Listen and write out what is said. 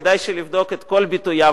כדאי שיבדוק את כל ביטוייו,